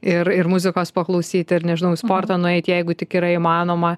ir ir muzikos paklausyt ir nežinau į sportą nueit jeigu tik yra įmanoma